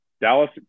Dallas